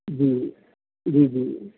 ਜੀ ਜੀ ਜੀ